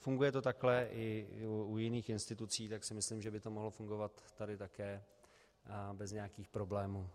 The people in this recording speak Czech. Funguje to takhle i u jiných institucí, tak si myslím, že by to mohlo fungovat tady také bez nějakých problémů.